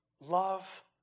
love